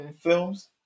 films